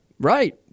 Right